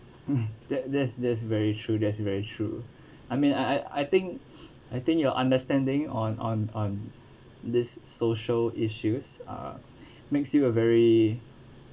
that that's that's very true that's very true I mean I I think I think your understanding on on on this social issues are makes you a very